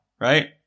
right